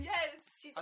Yes